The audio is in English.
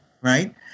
right